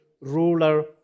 ruler